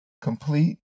complete